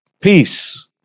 Peace